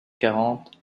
quarante